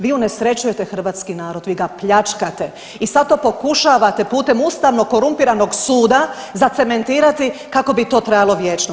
Vi unesrećujete hrvatski narod, vi ga pljačkate i sad to pokušavate putem Ustavnog korumpiranog suda zacementirat kako bi to trajalo vječno.